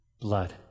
blood